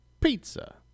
pizza